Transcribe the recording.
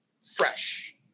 fresh